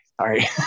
Sorry